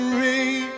rain